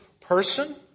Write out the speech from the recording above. person